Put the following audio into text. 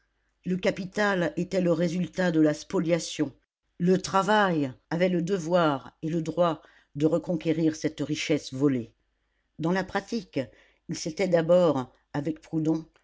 le capital était le résultat de la spoliation le travail avait le devoir et le droit de reconquérir cette richesse volée dans la pratique il s'était d'abord avec proudhon